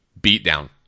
beatdown